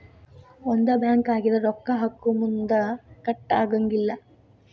ಒಂದ ಬ್ಯಾಂಕ್ ಆಗಿದ್ರ ರೊಕ್ಕಾ ಹಾಕೊಮುನ್ದಾ ಕಟ್ ಆಗಂಗಿಲ್ಲಾ